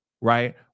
right